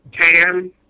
tan